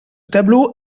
tableau